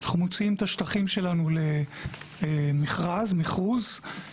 אנחנו מוציאים את השטחים שלנו למכרוז וחברות